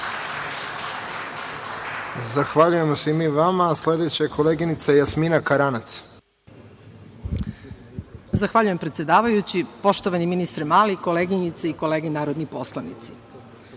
Zahvaljujemo se i mi vama. Sledeća je koleginica Jasmina Karanac. **Jasmina Karanac** Zahvaljujem, predsedavajući. Poštovani ministre Mali, koleginice i kolege narodni poslanici,